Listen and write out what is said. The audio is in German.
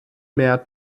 mehr